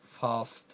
fast